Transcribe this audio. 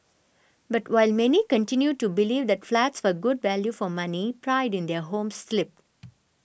but while many continued to believe that flats were good value for money pride in their homes slipped